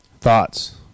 Thoughts